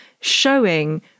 showing